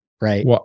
right